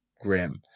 grim